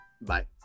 Bye